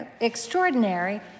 extraordinary